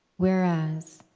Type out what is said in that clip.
whereas